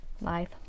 Life